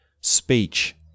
speech